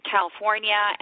California